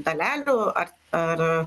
dalelių ar ar